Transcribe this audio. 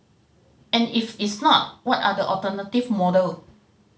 and if it's not what are the alternative model